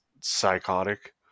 psychotic